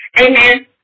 Amen